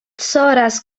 coraz